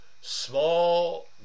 small